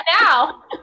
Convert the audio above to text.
now